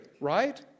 right